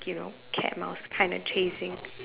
you know cat mouse kind of chasing